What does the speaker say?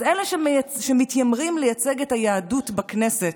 אז אלה שמתיימרים לייצג את היהדות בכנסת,